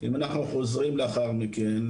אם אנחנו חוזרים לאחר מכן,